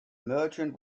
merchant